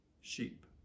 sheep